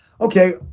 okay